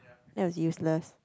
that was useless